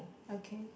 okay